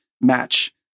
match